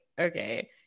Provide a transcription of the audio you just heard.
okay